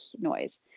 noise